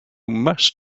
must